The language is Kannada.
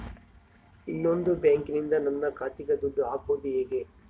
ಇನ್ನೊಂದು ಬ್ಯಾಂಕಿನಿಂದ ನನ್ನ ಖಾತೆಗೆ ದುಡ್ಡು ಹಾಕೋದು ಹೇಗೆ?